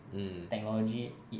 mm